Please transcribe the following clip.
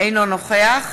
אינו נוכח